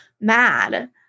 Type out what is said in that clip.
mad